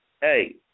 hey